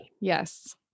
Yes